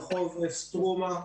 רחוב סטרומה.